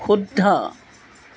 শুদ্ধ